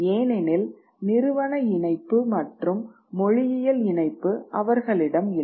ஏனெனில் நிறுவன இணைப்பு மற்றும் மொழியியல் இணைப்பு அவர்களிடம் இல்லை